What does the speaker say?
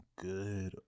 good